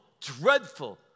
dreadful